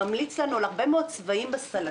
משרד הבריאות ממליץ לנו על הרבה מאוד צבעים בסלטים.